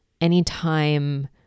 anytime